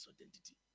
identity